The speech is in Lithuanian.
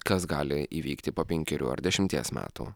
kas gali įvykti po penkerių ar dešimties metų